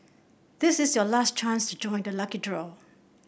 this is your last chance to join the lucky draw